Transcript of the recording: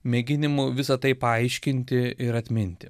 mėginimų visa tai paaiškinti ir atminti